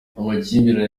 amakimbirane